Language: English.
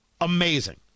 amazing